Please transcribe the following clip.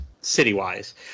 city-wise